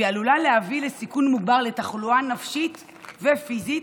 והן עלולות להביא לסיכון מוגבר לתחלואה נפשית ופיזית,